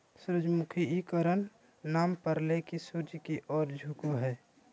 सूरजमुखी इ कारण नाम परले की सूर्य की ओर झुको हइ